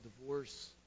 divorce